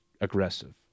aggressive